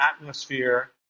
atmosphere